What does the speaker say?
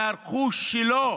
מהרכוש שלו.